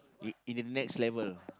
in in the next level